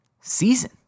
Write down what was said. season